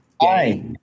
Hi